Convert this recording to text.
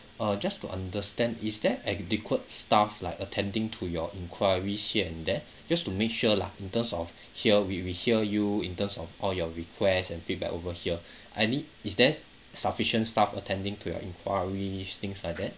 uh just to understand is that adequate staff like attending to your inquiries here and there just to make sure lah in terms of here we we hear you in terms of all your requests and feedback over here I need is there sufficient staff attending to your inquiries things like that